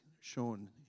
shown